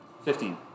Fifteen